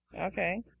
Okay